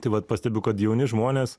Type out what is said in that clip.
tai vat pastebiu kad jauni žmonės